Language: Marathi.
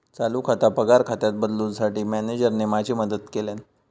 चालू खाता पगार खात्यात बदलूंसाठी मॅनेजरने माझी मदत केल्यानं